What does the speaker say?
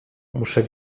muszę